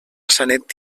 sanet